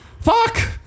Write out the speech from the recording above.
Fuck